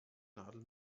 nadel